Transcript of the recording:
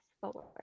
forward